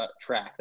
track